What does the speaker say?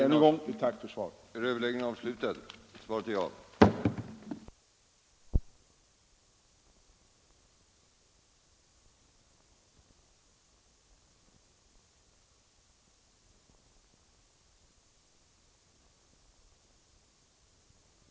Än en gång tack för svaret på min enkla fråga.